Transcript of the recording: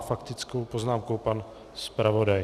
S faktickou poznámkou pan zpravodaj.